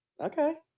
Okay